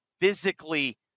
physically